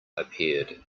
appeared